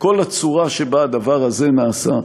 כל הצורה שבה הדבר הזה נעשה,